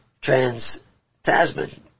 Trans-Tasman